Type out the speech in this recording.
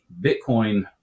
Bitcoin